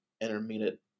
intermediate